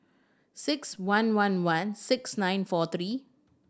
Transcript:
six one one one six nine four three